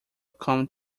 come